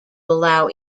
allow